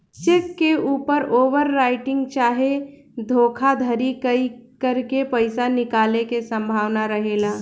check के ऊपर overwriting चाहे धोखाधरी करके पईसा निकाले के संभावना रहेला